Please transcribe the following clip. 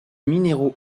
minéraux